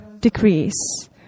decrease